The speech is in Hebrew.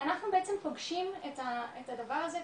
אנחנו בעצם פוגשים את הדבר הזה,